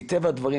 מטבע הדברים,